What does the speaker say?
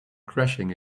crashing